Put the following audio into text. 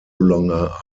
longer